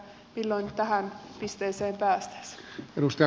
milloin tähän pisteeseen päästäisiin